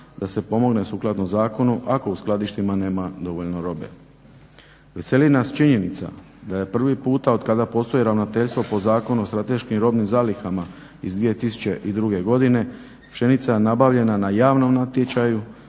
da se pomogne sukladno zakonu ako u skladištima nema dovoljno robe. Veseli nas činjenica da je prvi puta od kada postoji ravnateljstvo po Zakonu o strateškim robnim zalihama iz 2002. godina pšenica nabavljena na javnom natječaju